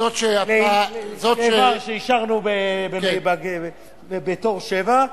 זאת שאישרנו כמספר 7,